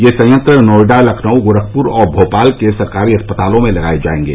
यह संयंत्र नोएडा लखनऊ गोरखपुर और भोपाल के सरकारी अस्पतालों में लगाये जायेंगे